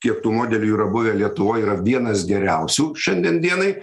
kiek tų modelių yra buvę lietuvoj yra vienas geriausių šiandien dienai